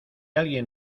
alguien